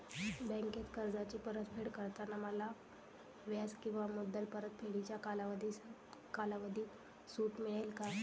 बँकेत कर्जाची परतफेड करताना मला व्याज किंवा मुद्दल परतफेडीच्या कालावधीत सूट मिळेल का?